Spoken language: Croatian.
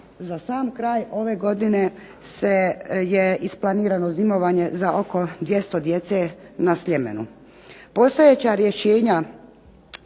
za sam kraj ove godine je isplanirano zimovanje za oko 200 djece na Sljemenu.